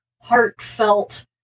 heartfelt